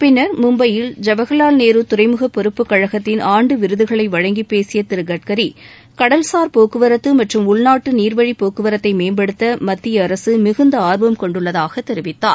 பின்னர் மும்பையில் ஜவஹர்லால் நேரு துறைமுகப் பொறுப்பு கழகத்தின் ஆண்டு விருதுகளை வழங்கிப் பேசிய திரு கட்கரி கடல்சார் போக்குவரத்து மற்றும் உள்நாட்டு நீர்வழிப் போக்குவரத்தை மேம்படுத்த மத்திய அரசு மிகுந்த ஆர்வம் கொண்டுள்ளதாகத் தெரிவித்தார்